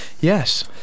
Yes